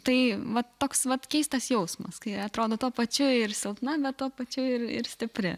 tai vat toks pat keistas jausmas kai atrodo tuo pačiu ir silpna bet tuo pačiu ir ir stipri